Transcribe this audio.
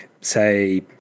say